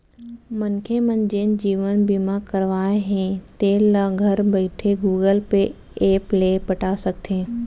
मनखे मन जेन जीवन बीमा करवाए हें तेल ल घर बइठे गुगल पे ऐप ले पटा सकथे